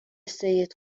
سید